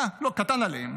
אה, קטן עליהם.